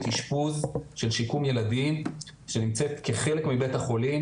אשפוז של שיקום ילדים שנמצאת כחלק מבית החולים